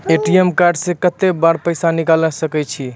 ATM card से कत्तेक बेर पैसा निकाल सके छी?